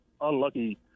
unlucky